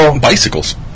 Bicycles